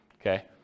okay